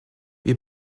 wir